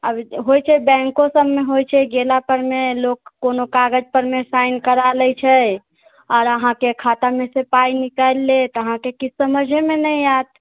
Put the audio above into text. होइ छै बैंको सबमे होइ छै गेला परमे लोक कोनो कागजपरमे साइन करा लै छे आओर अहाँके खातामेसँ पाइ निकालि लेत अहाँके किछु समझेमे नहि आएत